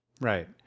Right